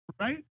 Right